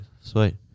Sweet